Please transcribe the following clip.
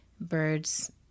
birds